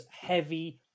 heavy